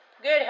Good